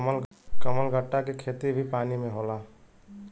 कमलगट्टा के खेती भी पानी में होला